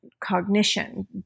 cognition